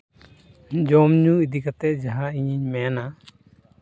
ᱡᱚᱢ ᱧᱩ ᱤᱫᱤ ᱠᱟᱛᱮ ᱡᱟᱦᱟᱸ ᱤᱧᱤᱧ ᱢᱮᱱᱟ